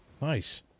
Nice